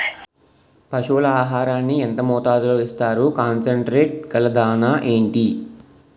పశువుల ఆహారాన్ని యెంత మోతాదులో ఇస్తారు? కాన్సన్ ట్రీట్ గల దాణ ఏంటి?